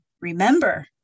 remember